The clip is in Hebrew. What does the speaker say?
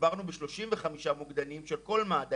ותגברנו ב-35 מוקדנים של כל מד"א,